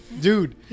dude